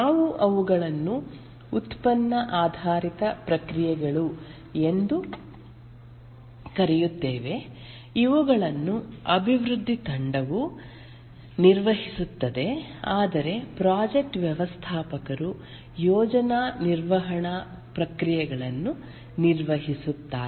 ನಾವು ಅವುಗಳನ್ನು ಉತ್ಪನ್ನ ಆಧಾರಿತ ಪ್ರಕ್ರಿಯೆಗಳು ಎಂದು ಕರೆಯುತ್ತೇವೆ ಇವುಗಳನ್ನು ಅಭಿವೃದ್ಧಿ ತಂಡವು ನಿರ್ವಹಿಸುತ್ತದೆ ಆದರೆ ಪ್ರಾಜೆಕ್ಟ್ ವ್ಯವಸ್ಥಾಪಕರು ಯೋಜನಾ ನಿರ್ವಹಣಾ ಪ್ರಕ್ರಿಯೆಗಳನ್ನು ನಿರ್ವಹಿಸುತ್ತಾರೆ